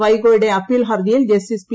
വൈക്കോയുടെ appeal ഹർജിയിൽ justice P